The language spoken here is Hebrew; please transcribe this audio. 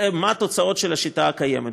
מה התוצאות של השיטה הקיימת.